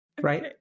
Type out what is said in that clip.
Right